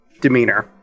demeanor